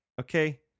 Okay